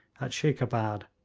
at sheikabad,